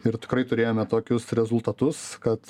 ir tikrai turėjome tokius rezultatus kad